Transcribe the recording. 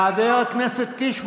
חבר הכנסת קיש,